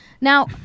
Now